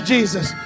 Jesus